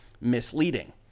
misleading